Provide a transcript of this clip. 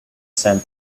send